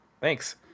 thanks